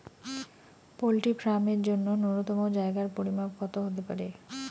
Poultry farm এর জন্য নূন্যতম জায়গার পরিমাপ কত হতে পারে?